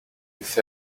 with